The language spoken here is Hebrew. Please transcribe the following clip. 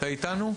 אתה איתנו?